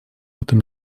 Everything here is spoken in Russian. этом